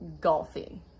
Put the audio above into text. golfing